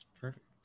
Perfect